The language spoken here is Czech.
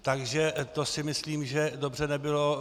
Takže to si myslím, že dobře nebylo.